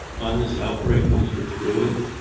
on this outbreak once we're through it.